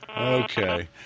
okay